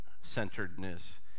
centeredness